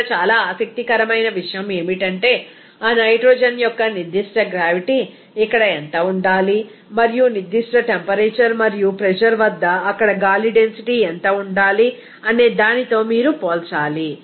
ఇక్కడ చాలా ఆసక్తికరమైన విషయం ఏమిటంటే ఆ నైట్రోజన్ యొక్క నిర్దిష్ట గ్రావిటీ ఇక్కడ ఎంత ఉండాలి మరియు నిర్దిష్ట టెంపరేచర్ మరియు ప్రెజర్ వద్ద అక్కడ గాలి డెన్సిటీ ఎంత ఉండాలి అనేదానితో మీరు పోల్చాలి